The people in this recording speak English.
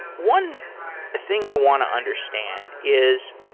one thing i want to understand is,